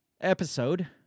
episode